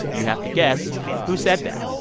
you have to guess who said that.